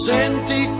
Senti